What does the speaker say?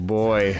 boy